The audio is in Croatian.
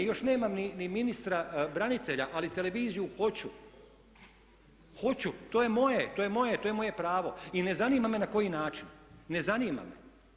Još nemam ni ministra branitelja, ali televiziju hoću, hoću, to je moje, to je moje pravo i ne zanima me na koji način, ne zanima me.